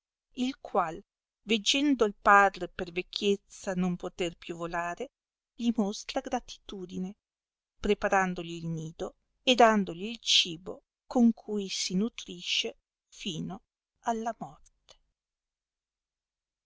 pola ilqual veggendo il padre per vecchiezza non poter più volare gli mostra gratitudine preparandogli il nido e dandogli il cibo con cui si nutrisce fino alla morte